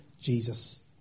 Jesus